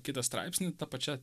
kitą straipsnį ta pačia